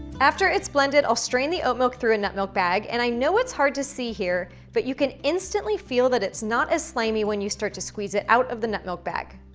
after it's blended, i'll strain the oat milk through a nut milk bag. and i know it's hard to see here, but you can instantly feel that it's not as slimy when you start to squeeze it out of the nut milk bag.